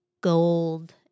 Gold